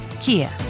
Kia